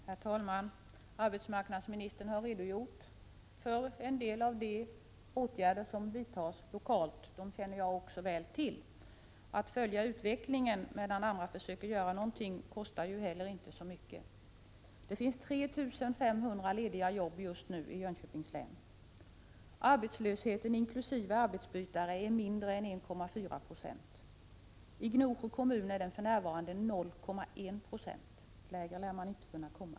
Herr talman! Arbetsmarknadsministern har redogjort för en del av de åtgärder som vidtas lokalt. Dem känner också jag väl till. Att följa utvecklingen medan andra försöker göra någonting kostar ju inte så mycket. Det finns 3 500 lediga jobb just nu i Jönköpings län. Arbetslösheten — inkl. arbetsbytare — är mindre än 1,4 96. I Gnosjö kommun ligger arbetslösheten för närvarande på 0,1 96 — lägre lär den inte kunna bli.